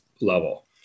level